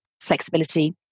flexibility